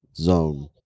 zone